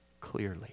clearly